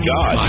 God